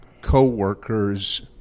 co-workers